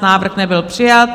Návrh nebyl přijat.